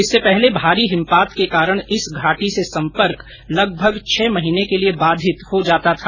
इससे पहले भारी हिमपात के कारण इस घाटी से संपर्क लगभग छह महीने के लिए बाधित हो जाता था